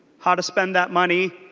how to spend that money